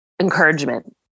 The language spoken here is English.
encouragement